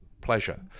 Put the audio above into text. pleasure